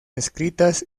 escritas